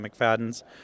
McFadden's